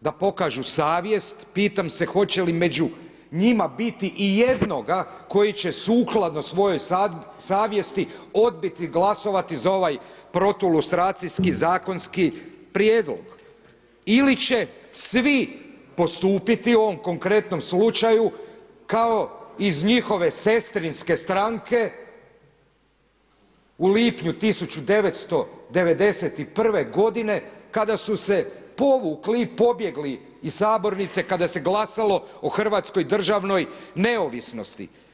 da pokažu savjest, pitam se hoće li među njima biti ijednoga koji će sukladno svojoj savjesti odbiti glasovati za ovaj protulustracijski zakonski prijedlog ili će svi postupiti u ovom konkretnom slučaju kao iz njihove sestrinske stranke u lipnju 1991. g. kada su se povukli i pobjegli iz sabornice, kada se glasalo o hrvatskoj državnoj neovisnosti.